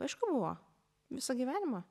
aišku buvo visą gyvenimą